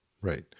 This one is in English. Right